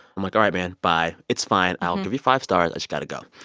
i'm like all right, man, bye. it's fine. i'll give you five stars. i just got to go.